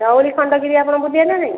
ଧଉଳି ଖଣ୍ଡଗିରି ଆପଣ ବୁଲିବେ ନା ନାହିଁ